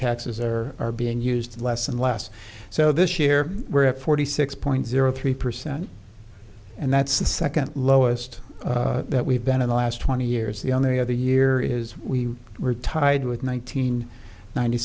taxes there are being used less and less so this year we're at forty six point zero three percent and that's the second lowest that we've been in the last twenty years the only other year is we were tied with one nine